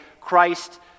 Christ